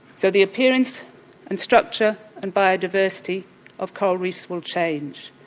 so the appearance and structure and biodiversity of coral reefs will change.